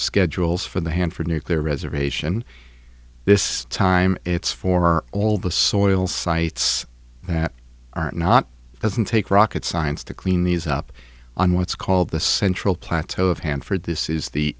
schedules for the hanford nuclear reservation this time it's for all the soil sites that are not it doesn't take rocket science to clean these up on what's called the central plateau of hanford this is the